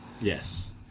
Yes